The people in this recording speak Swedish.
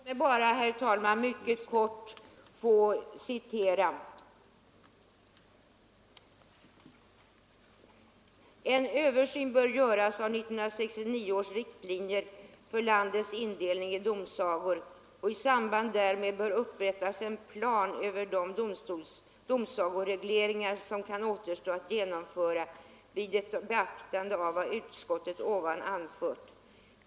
Herr talman! Jag ber att mycket kort få citera utskottsmajoriteten. Den skriver att ”en översyn bör göras av 1969 års riktlinjer för landets indelning i domsagor och att i samband därmed bör upprättas en plan över de domsagoregleringar som kan återstå att genomföra vid ett beaktande av vad utskottet ovan anfört.